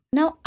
Now